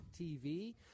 tv